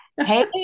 Hey